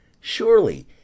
Surely